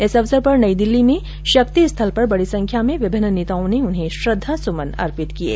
इस अवसर पर नई दिल्ली में शक्ति स्थल पर बड़ी संख्या में विभिन्न नेताओं ने उन्हें श्रद्वासुमन अर्पित किये